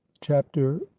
chapter